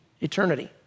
eternity